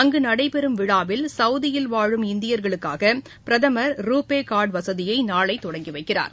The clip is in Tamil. அங்குநடைபெறும் விழாவில் சவுதியில் வாழும் இந்தியர்களுக்காகபிரதமர் ரூபேகார்டுவசதியைநாளைதொடங்கிவைக்கிறார்